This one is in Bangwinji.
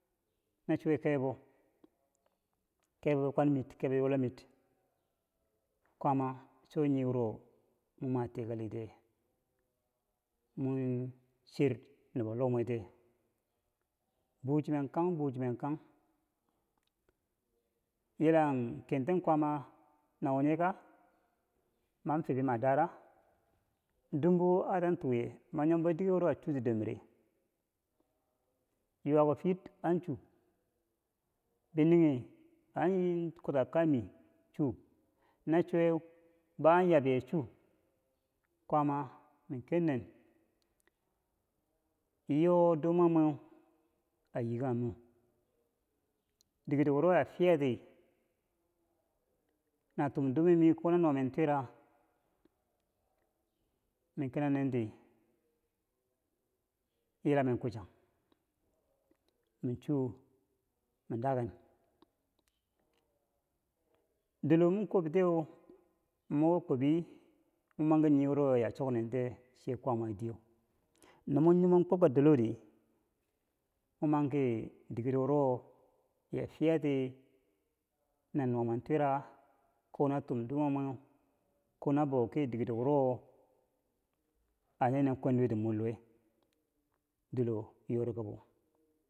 nachuwe keyebou kebo bikwamit kebou yulan mi di kwaama cho niwaro mo ma tikali tiye mo cher nubo lomwetiye buchenen kang bu chenen kang yi la kenten kwaama nawo nyeka? man fobi ma dada dumbo atan tuye mi nyobou dikero wuro a chuti dormireu yuwako fit an chu bininghe anyi kuta kami na chuwe bou an yabye to kwaama mi kennen yo dume mweu a yiikanghemo dikoro wuro a fiyati natom dume mi ko nanuwa men twira mi ken nenti yilamen kuchang mi chu mi da ken dilo mi kwabtiye mi kwobi mi man ki niwo ya choknentiye sai kwaama diyeu no mo nyimon kwibka dilodi mo man ki dikero wuro ya fiyati na nuwa mwen twira ko na tum dume mweu kona bou ki diker wuro ane nen kwenduweti mor luwe dilo yorikabo.